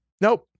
Nope